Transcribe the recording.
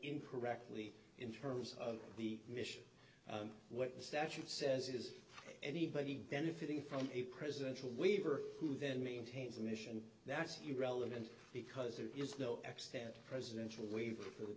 incorrectly in terms of the mission what the statute says it is anybody benefiting from a presidential waiver who then maintains a mission that's irrelevant because there is no ecstatic presidential waiver for the